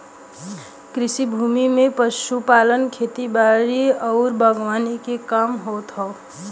कृषि भूमि में पशुपालन, खेती बारी आउर बागवानी के काम होत हौ